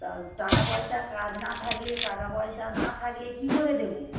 টাকা পয়সা কাজ না থাকলে টাকা পয়সা না থাকলে কী করে দেবো